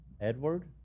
Edward